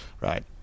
Right